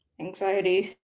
anxiety